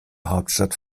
hauptstadt